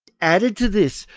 added to this,